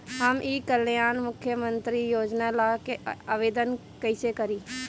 हम ई कल्याण मुख्य्मंत्री योजना ला आवेदन कईसे करी?